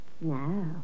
No